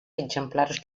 exemplars